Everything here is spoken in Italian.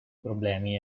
problemi